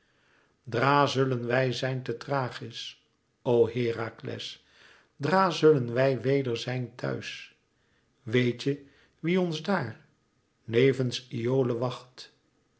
dra zullen wij zijn te thrachis o herakles dra zullen wij weder zijn thuis weet je wie ons daar nevens iole wacht